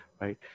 Right